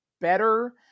better